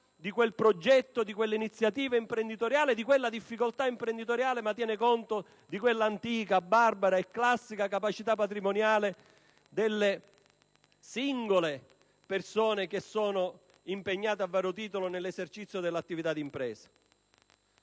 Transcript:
del progetto e dell'iniziativa imprenditoriale, o di una particolare difficoltà imprenditoriale, ma tiene conto soltanto di quella antica, barbara e classica capacità patrimoniale delle singole persone che sono impegnate a vario titolo nell'esercizio dell'attività di impresa.